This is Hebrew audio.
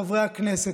חברי הכנסת,